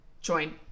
join